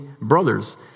brothers